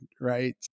right